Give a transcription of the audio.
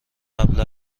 قبل